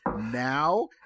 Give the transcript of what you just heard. now